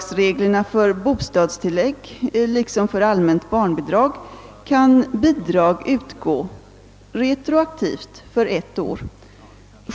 Enligt reglerna för bostadstillägg liksom för allmänt barnbidrag kan bidrag utgå retroaktivt för ett år.